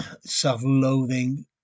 self-loathing